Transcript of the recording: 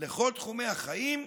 לכל תחומי החיים,